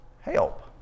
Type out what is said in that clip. help